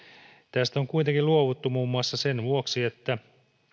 tästä on kuitenkin luovuttu muun muassa sen vuoksi että